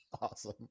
awesome